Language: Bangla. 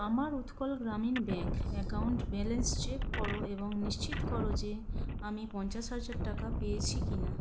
আমার Utkal Gramin bank account balance check করো এবং নিশ্চিত করো যে আমি পঞ্চাশ হাজার টাকা পেয়েছি কি না